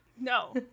no